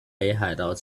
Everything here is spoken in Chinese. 北海道